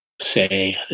say